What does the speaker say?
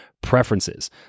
preferences